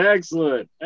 Excellent